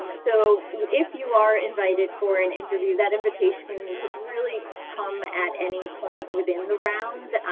um so if you are invited for an interview, that invitation could really come at any point within the round.